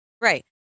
Right